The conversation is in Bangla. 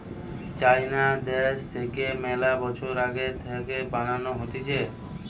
চাইনা দ্যাশ থাকে মেলা বছর আগে থাকে বানানো হতিছে